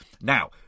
Now